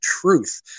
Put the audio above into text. truth